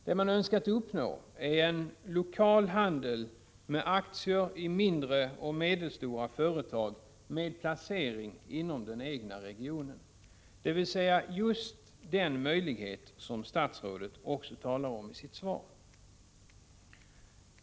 Det man önskat uppnå är en lokal handel med aktier i mindre och medelstora företag med placering i den egna regionen — dvs. just den möjlighet som statsrådet talar om i sitt svar.